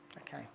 Okay